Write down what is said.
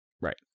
Right